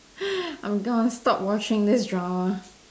I'm gonna stop watching this drama